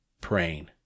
praying